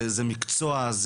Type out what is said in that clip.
זה מקצוע,